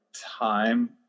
time